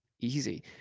Easy